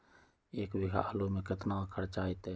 एक बीघा आलू में केतना खर्चा अतै?